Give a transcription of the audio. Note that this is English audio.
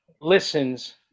listens